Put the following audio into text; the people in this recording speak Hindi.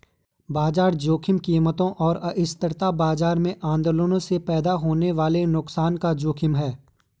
बाजार जोखिम कीमतों और अस्थिरता बाजार में आंदोलनों से पैदा होने वाले नुकसान का जोखिम है